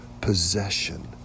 possession